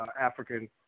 African